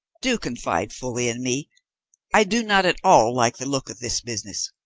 do confide fully in me i do not at all like the look of this business.